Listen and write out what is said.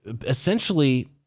essentially